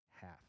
Half